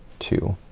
two,